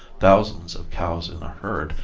thousands of cows in a herd,